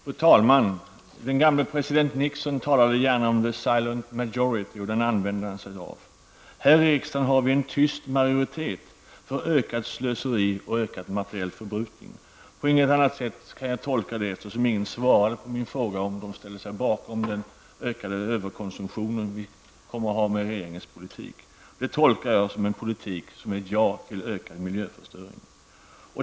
Fru talman! Den gamle president Nixon talade gärna om ''the silent majority'', och den använde han sig mycket av. Här i riksdagen har vi en tyst majoritet för ökat slöseri och ökad materiell förbrukning. Eftersom ingen svarade på min fråga om man ställer sig bakom den ökade överkonsumtion vi kommer att få med regeringens politik, kan jag inte tolka det på annat sätt än som ett ja till ökad miljöförstöring.